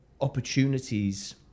opportunities